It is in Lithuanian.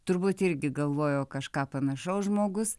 turbūt irgi galvojo kažką panašaus žmogus